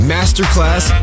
Masterclass